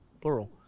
plural